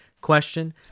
question